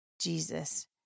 Jesus